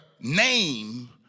name